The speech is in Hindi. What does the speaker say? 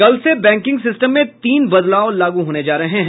कल से बैंकिंग सिस्टम में तीन बदलाव लागू होने जा रहे हैं